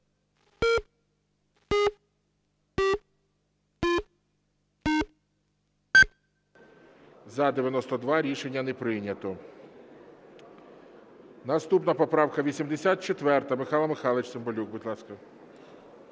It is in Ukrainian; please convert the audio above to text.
За-92 Рішення не прийнято. Наступна поправка 84. Михайло Михайлович Цимбалюк, будь ласка.